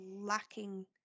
lacking